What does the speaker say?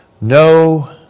no